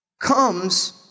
comes